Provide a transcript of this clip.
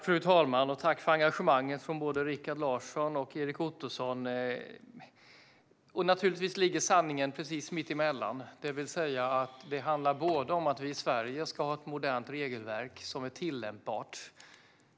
Fru talman! Tack, Rikard Larsson och Erik Ottoson, för engagemanget! Naturligtvis ligger sanningen precis mitt emellan. Vi ska i Sverige ha ett modernt regelverk, som är tillämpbart.